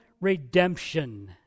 redemption